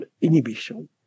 inhibition